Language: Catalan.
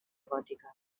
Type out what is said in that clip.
gòtica